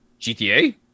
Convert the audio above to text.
GTA